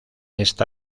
esta